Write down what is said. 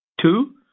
Two